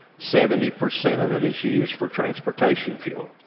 seventy percent of it is used for transportation fuel.